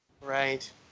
Right